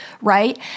Right